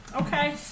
Okay